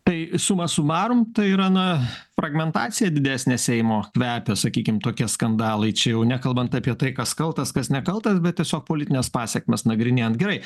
tai suma sumarum tai yra na fragmentacija didesnė seimo kvepia sakykim tokie skandalai čia jau nekalbant apie tai kas kaltas kas nekaltas bet tiesiog politines pasekmes nagrinėjant gerai